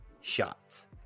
shots